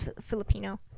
Filipino